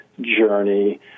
journey